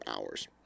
hours